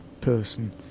person